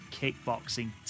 Kickboxing